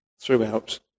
throughout